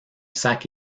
sac